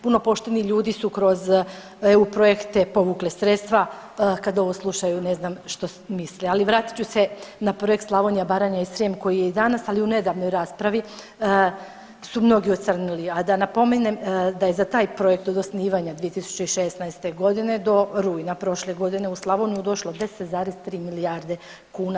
Puno pošteni ljudi su kroz EU projekte povukli sredstva, kad ovo slušaju ne znam što misle, ali vratit ću se na Projekt Slavonija, Baranja i Srijem koji je i danas, ali i u nedavnoj raspravi su mnogi ocrnili, a da napomenem da je za taj projekt od osnivanja 2016.g. do rujna prošle godine u Slavoniju došlo 10,3 milijarde kuna.